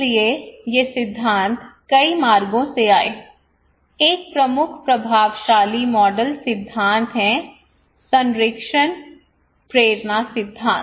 इसलिए ये सिद्धांत कई मार्गों से आए एक प्रमुख प्रभावशाली मॉडल सिद्धांत है संरक्षण प्रेरणा सिद्धांत